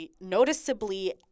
noticeably